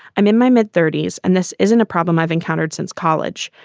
i'm in my mid thirties and this isn't a problem i've encountered since college.